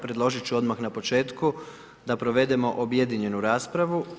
Predložiti ću odmah na početku da provedemo objedinjenu raspravu.